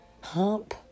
Hump